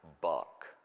buck